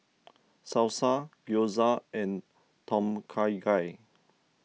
Salsa Gyoza and Tom Kha Gai